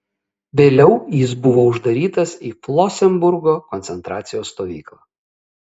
vėliau jis buvo uždarytas į flosenburgo koncentracijos stovyklą